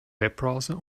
webbrowser